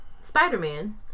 Spider-Man